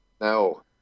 No